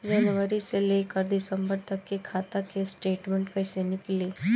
जनवरी से लेकर दिसंबर तक के खाता के स्टेटमेंट कइसे निकलि?